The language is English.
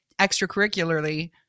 extracurricularly